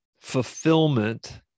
fulfillment